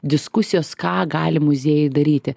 diskusijos ką gali muziejai daryti